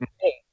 Hey